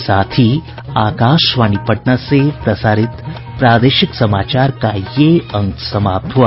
इसके साथ ही आकाशवाणी पटना से प्रसारित प्रादेशिक समाचार का ये अंक समाप्त हुआ